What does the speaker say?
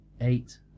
eight